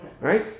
Right